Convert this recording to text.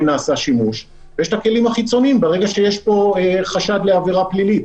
נעשה שימוש ויש את הכלים החיצוניים ברגע שיש פה חשד לעבירה פלילית.